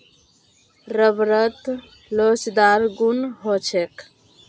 रबरत लोचदार गुण ह छेक